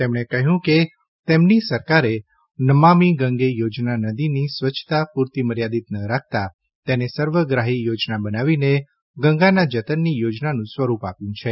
તેમણે કહ્યું કે તેમની સરકારે નમામી ગંગે યોજના નદીની સ્વચ્છતા પૂરતી મર્યાદિત ન રાખતાં તેને સર્વગ્રાહી યોજના બનાવીને ગંગાના જતનની યોજનાનું સ્વરૂપ આપ્યું છે